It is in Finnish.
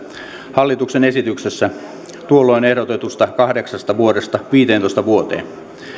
hallituksen esityksessä tuolloin ehdotetusta kahdeksasta vuodesta viisitoista vuoteen